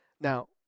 now